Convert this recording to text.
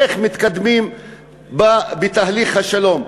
איך מתקדמים בתהליך השלום?